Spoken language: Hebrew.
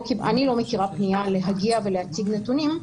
אני לא מכירה פנייה להגיע ולהציג נתונים.